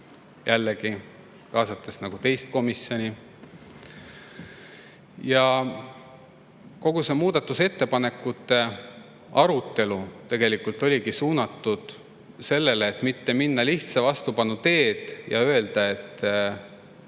Jällegi, kaasasime teist komisjoni. Ja kogu muudatusettepanekute arutelu oligi tegelikult suunatud sellele, et mitte minna lihtsa vastupanu teed ja öelda, et